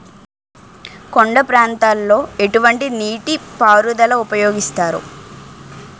కొండ ప్రాంతాల్లో ఎటువంటి నీటి పారుదల ఉపయోగిస్తారు?